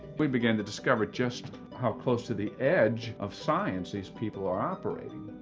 we began to discover just how close to the edge of science these people are operating.